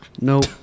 Nope